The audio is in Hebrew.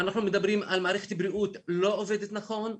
אנחנו מדברים על מערכת בריאות שלא עובדת נכון,